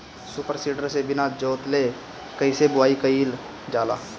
Super seeder से बीना जोतले कईसे बुआई कयिल जाला?